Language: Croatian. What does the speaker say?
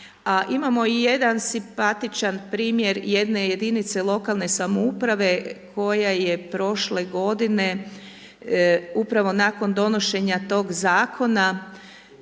imamo i jedan simpatičan primjer jedne jedinice lokalne samouprave koja je prošle godine upravo nakon donošenja tog zakona